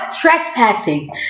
trespassing